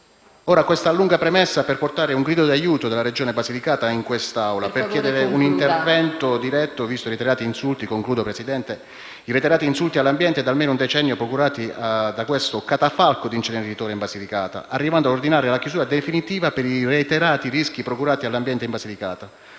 questa lunga premessa per portare un grido di aiuto dalla Regione Basilicata in quest'Aula, per chiedere un intervento diretto, visti i reiterati insulti all'ambiente da almeno un decennio procurati da questo catafalco di inceneritore, arrivando ad ordinarne la chiusura definitiva per i reiterati rischi procurati all'ambiente. Tutto